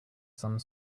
some